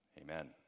Amen